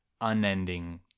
unending